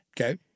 Okay